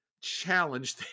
challenge